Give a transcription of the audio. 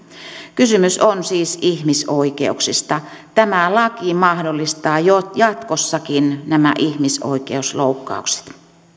kysymys on siis ihmisoikeuksista ja tämä laki mahdollistaa jatkossakin nämä ihmisoikeusloukkaukset